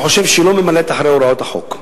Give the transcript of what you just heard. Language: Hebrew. חושב שהיא לא ממלאת אחרי הוראות החוק.